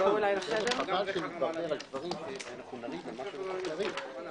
הישיבה ננעלה בשעה 10:40.